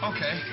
Okay